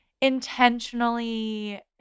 Intentionally